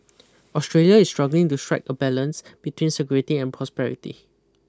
Australia is struggling to strike a balance between security and prosperity